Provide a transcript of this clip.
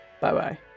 bye-bye